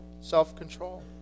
self-control